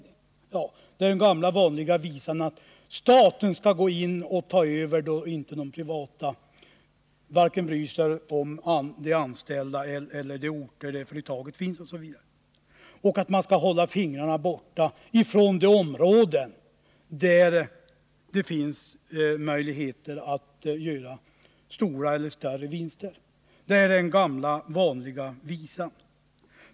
Det är den gamla vanliga visan att staten skall gå in och ta över då de privata företagen inte bryr sig om vare sig de anställda eller de orter där företagen finns men att man skall hålla fingrarna borta från de områden där det finns möjligheter att göra större vinster. Det är den gamla vanliga visan.